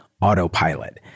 Autopilot